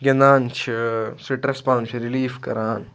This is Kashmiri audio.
گِنٛدان چھِ سٹرٛس پَنُن چھِ رِلیٖف کَران